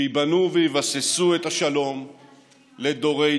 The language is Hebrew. שייבנו ויבססו את השלום לדורי-דורות.